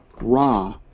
Ra